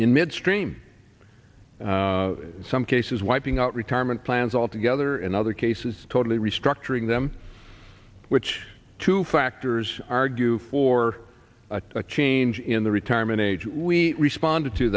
in midstream some cases wiping out retirement plans altogether in other cases totally restructuring them which two factors argue for a change in the retirement age we responded to